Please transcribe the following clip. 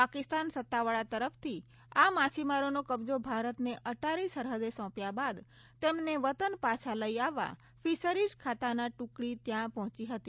પાકિસ્તાન સત્તાવાળા તરફથી આ માછીમારોનો કબજો ભારતને અટારી સરહદે સોંપાયા બાદ તેમને વતન પાછા લઈ આવવા ફીશરીઝ ખાતાની ટૂકડી ત્યાં ગઈ હતી